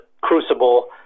crucible